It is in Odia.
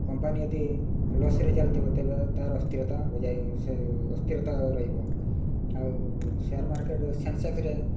କମ୍ପାନୀ ଯଦି ଲସ୍ରେ ଚାଲିଥିବ ତେବେ ତା'ର ଅସ୍ଥିରତା ବଜାୟ ଅସ୍ଥିରତା ରହିବ ଆଉ ସେୟାର୍ ମାର୍କେଟ୍ ସେନ୍ସେକ୍ସ୍ରେ